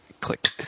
Click